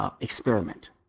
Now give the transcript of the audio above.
experiment